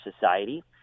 society